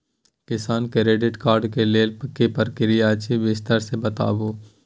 किसान credit card के लेल की प्रक्रिया अछि विस्तार से बताबू?